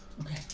Okay